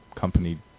company